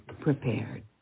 prepared